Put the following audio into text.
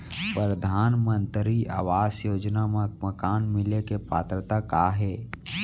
परधानमंतरी आवास योजना मा मकान मिले के पात्रता का हे?